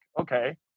Okay